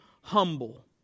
humble